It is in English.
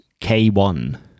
K1